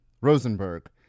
Rosenberg